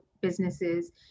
businesses